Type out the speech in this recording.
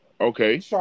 Okay